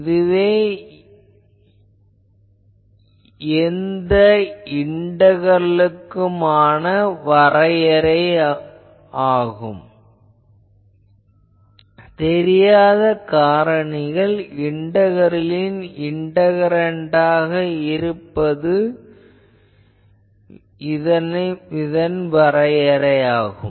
இதுவே எந்த இண்டகரலுக்குமான வரையறையானது தெரியாத காரணிகள் இண்டகரலின் இண்டகரன்ட்டாக இருப்பது ஆகும்